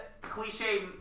cliche